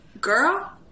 girl